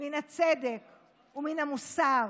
מן הצדק ומן המוסר.